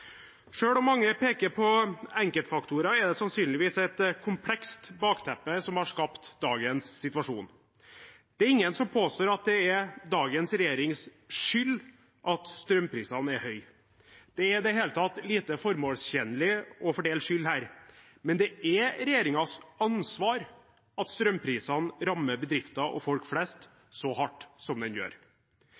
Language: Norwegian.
om mange peker på enkeltfaktorer, er det sannsynligvis et komplekst bakteppe som har skapt dagens situasjon. Det er ingen som påstår at det er dagens regjerings skyld at strømprisene er høye. Det er i det hele tatt lite formålstjenlig å fordele skyld her, men det er regjeringens ansvar at strømprisene rammer bedrifter og folk flest så hardt som de gjør.